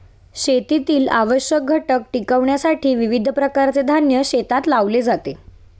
शेतीतील आवश्यक घटक टिकविण्यासाठी विविध प्रकारचे धान्य शेतात लावले जाते